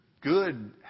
good